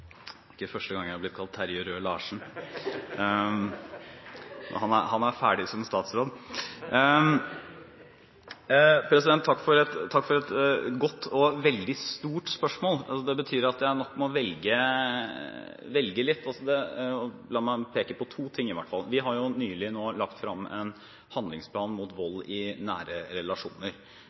ikke første gang jeg har blitt kalt Terje Rød Larsen . Han er ferdig som statsråd. Takk for et godt og veldig stort spørsmål. Det betyr at jeg nok må velge litt. La meg peke på to ting, i hvert fall. Vi har nå nylig lagt frem en handlingsplan mot vold i nære relasjoner.